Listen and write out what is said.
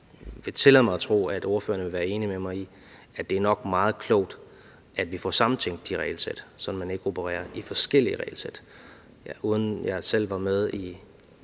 jeg vil tillade mig tro, at ordføreren vil være enig med mig i, at det nok er meget klogt, at vi får sammentænkt de regelsæt, sådan at man ikke opererer med forskellige regelsæt. Uden at jeg selv var med i